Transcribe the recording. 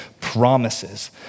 promises